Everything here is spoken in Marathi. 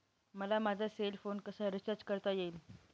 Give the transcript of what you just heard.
मला माझा सेल फोन कसा रिचार्ज करता येईल?